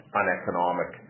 uneconomic